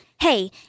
Hey